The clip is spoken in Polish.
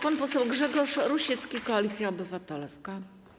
Pan poseł Grzegorz Rusiecki, Koalicja Obywatelska.